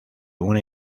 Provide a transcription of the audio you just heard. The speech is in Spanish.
una